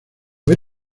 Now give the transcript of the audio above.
ver